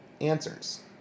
answers